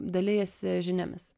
dalijasi žiniomis